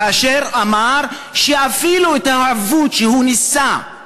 כאשר אמר שאפילו העיוות שהוא ניסה,